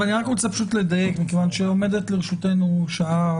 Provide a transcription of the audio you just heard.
אני רק רוצה פשוט לדייק מכיוון שעומד לרשותנו שעה,